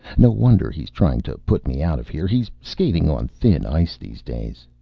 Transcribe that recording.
no wonder he's trying to put me out of here he's skating on thin ice these days.